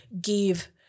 give